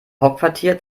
hauptquartier